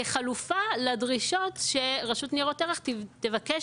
כחלופה לדרישות שרשות ניירות ערך תבקש